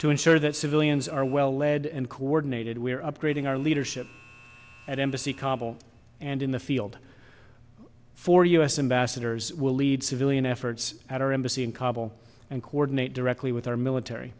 to ensure that civilians are well led and coordinated we are upgrading our leadership at embassy kabul and in the field for u s ambassadors will lead civilian efforts at our embassy in kabul and coordinate directly with our military